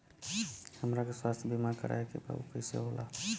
हमरा के स्वास्थ्य बीमा कराए के बा उ कईसे होला?